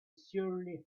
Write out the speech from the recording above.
surely